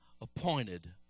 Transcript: appointed